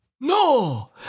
No